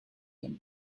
him